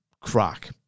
crack